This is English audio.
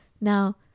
Now